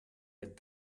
had